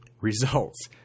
results